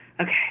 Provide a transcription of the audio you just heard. Okay